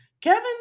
Kevin